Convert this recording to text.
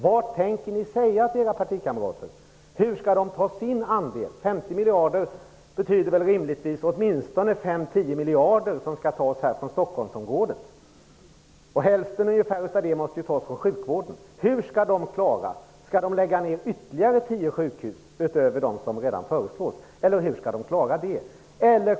Vad tänker ni säga till era partikamrater? Hur skall de ta sin andel? 50 miljarder betyder väl rimligtvis åtminstone att 5-10 miljarder skall tas härifrån Stockholmsområdet? Ungefär hälften av det måste ju tas ifrån sjukvården. Hur skall de klara det? Skall de lägga ned ytterligare 10 sjukhus, utöver de som redan föreslås, eller hur skall de klara detta?